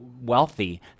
wealthy